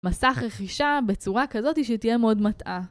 מסך רכישה בצורה כזאת שתהיה מאוד מטעה.